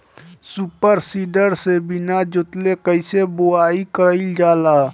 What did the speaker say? Super seeder से बीना जोतले कईसे बुआई कयिल जाला?